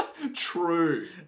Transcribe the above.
True